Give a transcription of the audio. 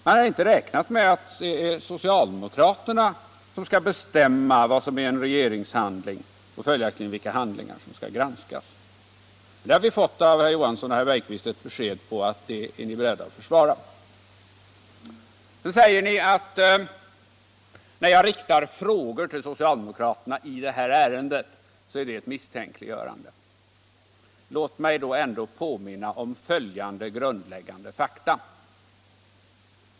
Man har inte räknat med att det är socialdemokraterna som skall bestämma vad som är en regeringshandling och följaktligen vilka handlingar som skall granskas. Nu har vi av herr Johansson i Trollhättan och herr Bergqvist fått besked om att de är beredda att försvara detta. Ni kallar det för misstänkliggörande när jag riktar frågor till socialdemokraterna i detta ärende. Låt mig då påminna om följande grundläggande fakta.